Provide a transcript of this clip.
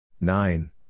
nine